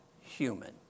human